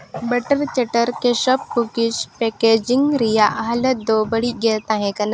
butter ᱪᱟᱴᱟᱨ ᱠᱮᱥᱚᱯ ᱠᱩᱠᱤᱡ ᱯᱮᱠᱮᱡᱤᱝ ᱨᱮᱭᱟᱜ ᱦᱟᱞᱚᱛ ᱫᱚ ᱵᱟᱹᱲᱤᱡᱜᱮ ᱛᱟᱦᱮᱸ ᱠᱟᱱᱟ